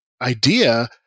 idea